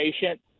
patient